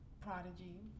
Prodigy